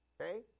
okay